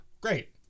Great